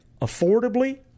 affordably